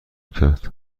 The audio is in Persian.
کرد